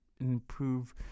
improve